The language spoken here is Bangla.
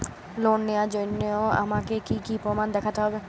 লোন নেওয়ার জন্য আমাকে কী কী প্রমাণ দেখতে হবে?